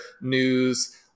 news